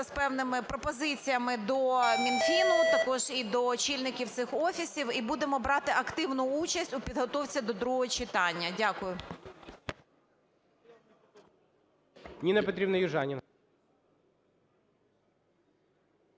з певними пропозиціями до Мінфіну, також і до очільників цих офісів. І будемо брати активну участь у підготовці до другого читання. Дякую.